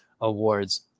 awards